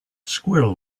squirrel